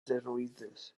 jesuïtes